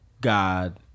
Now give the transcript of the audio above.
God